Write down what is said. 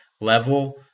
level